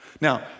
Now